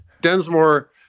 Densmore